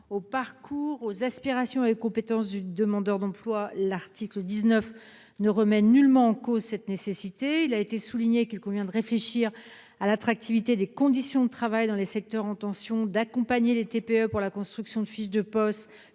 aux parcours, aux aspirations et aux compétences du demandeur d'emploi. Mais l'article 19 ne remet nullement en cause cette nécessité ! Il a aussi été souligné qu'il convient de réfléchir à l'attractivité des conditions de travail dans les secteurs en tension, ainsi que d'accompagner les très petites entreprises pour la construction de fiches de poste.